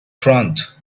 front